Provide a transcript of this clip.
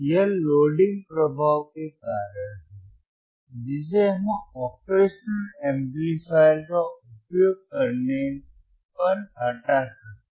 यह लोडिंग प्रभाव के कारण है जिसे हम ऑपरेशनल एम्पलीफायर का उपयोग करने पर हटा सकते हैं